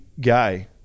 guy